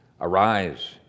Arise